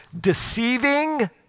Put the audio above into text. deceiving